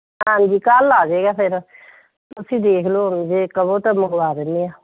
ਹਾਂਜੀ ਕੱਲ੍ਹ ਆ ਜਾਏਗਾ ਫਿਰ ਤੁਸੀਂ ਦੇਖ ਲਓ ਜੇ ਕਹੋ ਤਾਂ ਮੰਗਵਾ ਦਿੰਦੇ ਹਾਂ